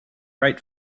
right